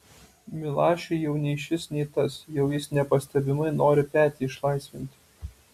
milašiui jau nei šis nei tas jau jis nepastebimai nori petį išlaisvinti